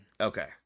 okay